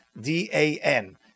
D-A-N